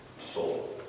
soul